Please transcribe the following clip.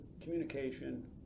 communication